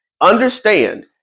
Understand